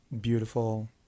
beautiful